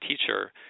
teacher